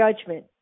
judgment